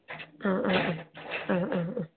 ആ ആ ആ ആ